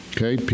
Okay